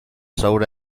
sold